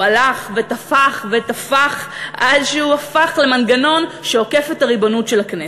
והוא הלך ותפח ותפח עד שהפך למנגנון שעוקף את הריבונות של הכנסת.